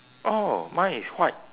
oh mine is white